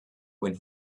when